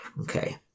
Okay